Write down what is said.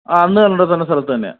അന്ന് നമ്മൾ പറഞ്ഞ സ്ഥലത്ത് തന്നെയാണോ